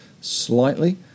slightly